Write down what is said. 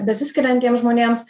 besiskiriantiems žmonėms